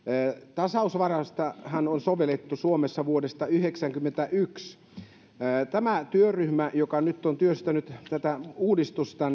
tasausvaraustahan on sovellettu suomessa vuodesta yhdeksänkymmentäyksi työryhmän joka nyt on työstänyt tätä uudistusta